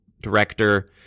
director